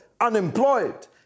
unemployed